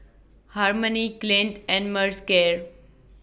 Harmony Clint and Mercer